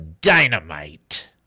dynamite